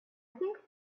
think